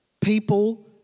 people